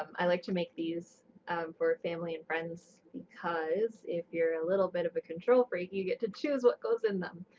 um i like to make these for family and friends because if you're a little bit of a control freak, you get to choose what goes in them.